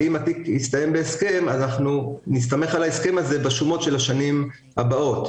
אם התיק מסתיים בהסכם אנחנו נסתמך על ההסכם הזה בשומות של השנים הבאות,